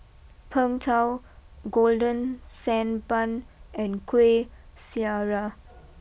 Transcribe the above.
Png Tao Golden Sand Bun and Kuih Syara